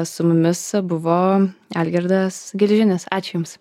su mumis buvo algirdas gelžinis ačiū jums